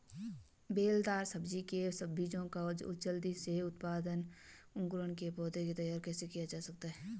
बेलदार सब्जी के बीजों का जल्दी से अंकुरण कर पौधा तैयार कैसे किया जा सकता है?